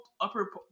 upper